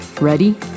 ready